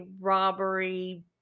robbery